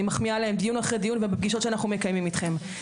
אני מחמיאה להם דיון אחרי דיון בפגישות שאנחנו מקיימים איתכם.